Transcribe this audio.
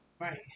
Right